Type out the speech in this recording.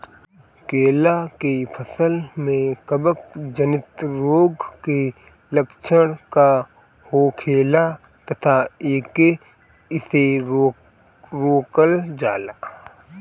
केला के फसल में कवक जनित रोग के लक्षण का होखेला तथा एके कइसे रोकल जाला?